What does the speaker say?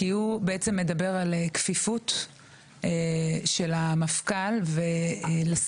כי הוא בעצם מדבר על כפיפות של המפכ"ל ולשר,